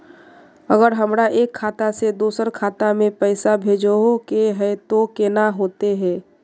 अगर हमरा एक खाता से दोसर खाता में पैसा भेजोहो के है तो केना होते है?